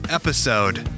episode